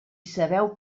sabeu